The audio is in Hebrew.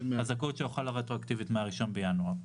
הזכאות שלו חלה רטרואקטיבית מה-1 בינואר.